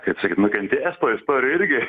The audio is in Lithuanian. kaip sakyt nukentėjęs toj istorijoj irgi